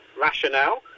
rationale